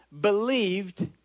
believed